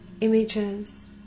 images